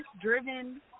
driven